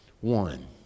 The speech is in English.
One